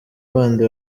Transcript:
bandi